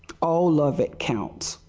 all of it counts.